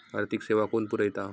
आर्थिक सेवा कोण पुरयता?